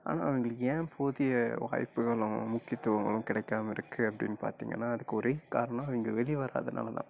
ஆனால் அவங்களுக்கு ஏன் போதிய வாய்ப்புகளும் முக்கியத்துவங்களும் கிடைக்காம இருக்கு அப்படின்னு பார்த்தீங்கன்னா அதுக்கு ஒரே காரணம் அவங்க வெளி வராதனால தான்